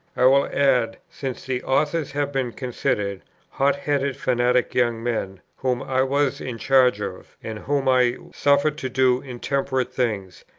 i will add, since the authors have been considered hot-headed fanatic young men, whom i was in charge of, and whom i suffered to do intemperate things,